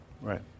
Right